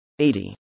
80